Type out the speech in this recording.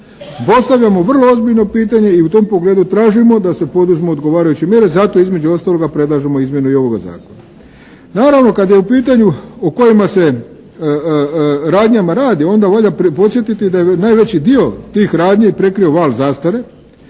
Postavljamo vrlo ozbiljno pitanje i u tom pogledu tražimo da se poduzmu odgovarajuće mjere. Zato između ostaloga predlažemo izmjenu i ovoga zakona. Naravno, kad je u pitanju o kojim se radnjama radi onda valja podsjetiti da je najveći dio tih radnji prekrio val zastare,